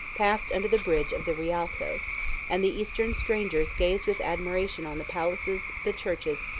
passed under the bridge of the rialto and the eastern strangers gazed with admiration on the palaces, the churches,